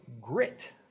grit